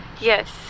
Yes